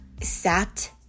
sat